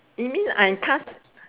you mean I card